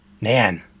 Man